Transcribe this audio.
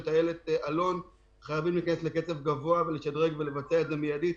של טיילת "אלון" חייבים להיכנס לקצב גבוה ולשדרג ולבצע את זה מידית.